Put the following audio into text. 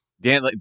Dan